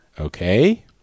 Okay